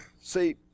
See